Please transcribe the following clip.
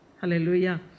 Hallelujah